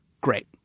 Great